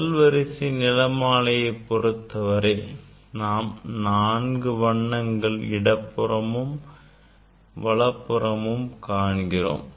முதல் வரிசை நிறமாலை பொறுத்தவரை நாம் நான்கு வண்ணங்களை இடப்புறமும் வலப்புறமும் காண்கிறோம்